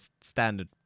standard